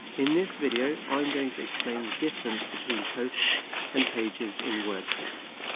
in this video i'm going to explain the difference between posts and pages in wordpress